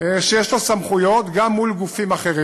שיש לו סמכויות גם מול גופים אחרים.